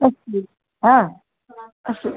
अस्तु हा अस्तु